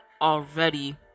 already